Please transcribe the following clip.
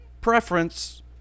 preference